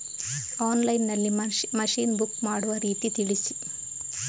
Online ನಲ್ಲಿ machine book ಮಾಡುವ ರೀತಿ ತಿಳಿಸಿ?